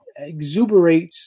exuberates